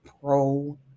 pro